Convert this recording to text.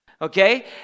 Okay